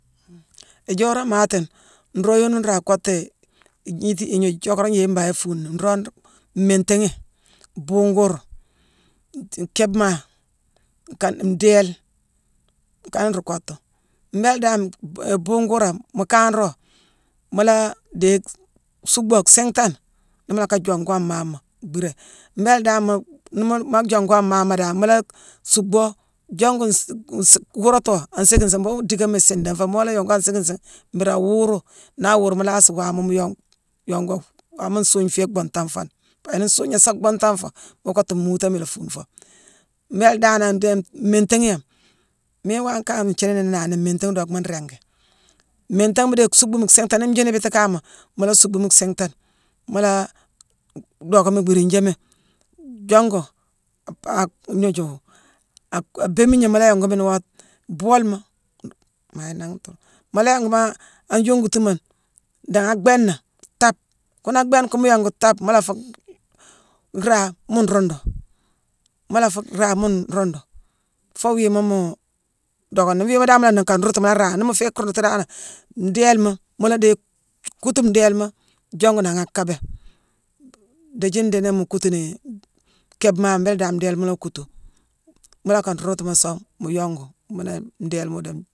Ijoorane imaatima, nroog yooni nraa kottii-igniiti- ignooju- ithiockara yééye mbangh ifuuni. Nroog nruu-mmiintéghi, buugu wuur, kéép mhaa. nkaale-ndééle, nakana nruu kottu. Mbéélé dan-é-é-buugu wuura, mu kanro, mu laa dhéye suuckbo siinghtane nii mu lacka jongo an maama bhiiré. Mbéélé dan mu nii mu-nii-mu maa jongo an mhaama dan, mu la suuckbo, jongu nsii- nsii- wuuratoo an nséékine nsiingh. Mbhuughune dickooma isiindan foo. Moola yongoo an nséékine nsiigh, mbiiri aa wuuru. Naa awuuru, mu laasi waama mu yong- yongoo, waama nsuugne féé bhuunghtang fooni. Pabia nii nsuugna sa bhuunghtang foo, mu kottu mmuutoma ila fuune foo. Mbéélé danane dii mmintéghi yame, miine waame kanama ngniini ni nnéé, nawu mmiintéghi dockma nringi. Mmiintéghi mu déye suuckbumi siinghtane, nii njiini biitikanghma, mu la suuckbumi siightane, mu la dhockami mbiiri njiini, jongu- ap- ap- a- gnooju-a-a-abéémiigna mu la yongumi ni woo a boolema-mayick nangh nthook-mu la yongumi an yongutuma, nangha ak bhééna, taape. Ghuna ak bhééne kune mu yongu taape, mu la fuu-raame mu ruundu. Mu la fuu raa mu nruundu foo wiima mu dockni. Nii wiima dan mu laani ka nruundutu, mu la raa, nii mu féé ruundutu danane, ndéélema mu la déye kuutu ndéélema jongu nangha a kaabé. Bdiithi ndiini mu kuutunii kéépe maama, mbééla dan ndéélema mu la kuutu. Mu loo ka nruundu song, mu yongu mune ndééle mune dii